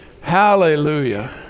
Hallelujah